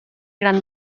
gran